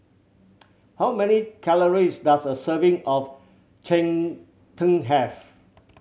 how many calories does a serving of cheng tng have